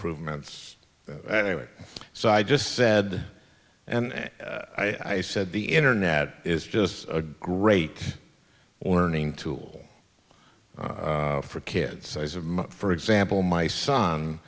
prove months anyway so i just said and i said the internet is just a great learning tool for kids for example my son